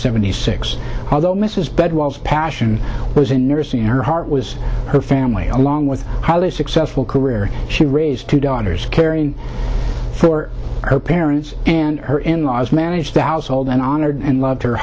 seventy six although mrs bed was passion was in nursing her heart was her family along with how they successful career she raised two daughters caring for her parents and her in laws managed and honored and loved her